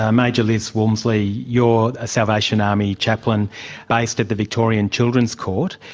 ah major liz walmsley, you're a salvation army chaplain based at the victorian children's court.